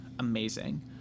Amazing